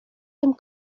tym